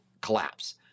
collapse